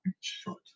Short